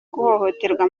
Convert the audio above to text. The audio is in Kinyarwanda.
guhohoterwa